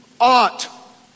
ought